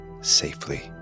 safely